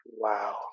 Wow